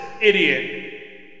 idiot